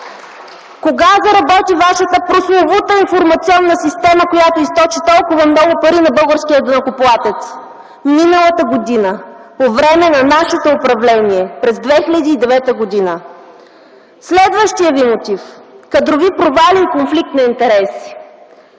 Кога заработи вашата прословута информационна система, която източи толкова много пари на българския данъкоплатец? Миналата година, по време на нашето управление – през 2009 г. Следващият ви мотив – кадрови провали и конфликт на интереси.